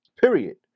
Period